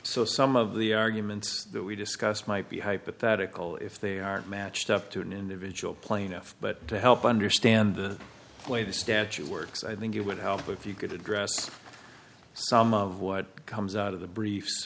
so some of the arguments that we discussed might be hypothetical if they are matched up to an individual plaintiff but to help understand the way the statute works i think it would help if you could address some of what comes out of the briefs